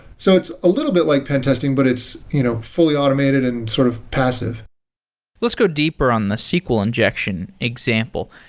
so it's a little bit like pen testing, but it's you know fully automated and sort of passive let's go deeper on the sql injection example.